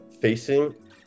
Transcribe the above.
facing